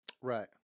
right